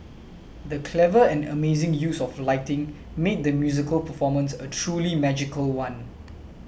the clever and amazing use of lighting made the musical performance a truly magical one